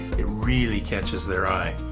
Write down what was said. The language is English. it really catches their eye.